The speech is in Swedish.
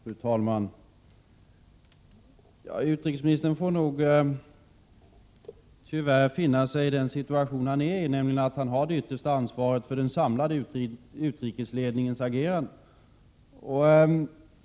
Fru talman! Utrikesministern får nog tyvärr finna sig i den situation som han äri, nämligen att ha det yttersta ansvaret för den samlade utrikesledningens agerande.